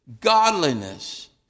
godliness